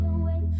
away